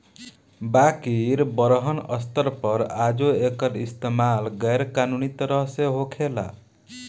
बाकिर बड़हन स्तर पर आजो एकर इस्तमाल गैर कानूनी तरह से होखेला